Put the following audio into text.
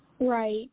Right